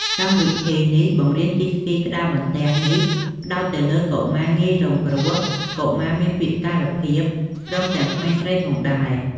កម្មវិធីនេះបង្រៀនជិះស្គីក្ដារបន្ទះនេះផ្ដោតទៅលើកុមារងាយរងគ្រោះ កុមារមានពិការភាព ព្រមទាំងក្មេងស្រីផងដែរ។